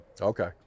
Okay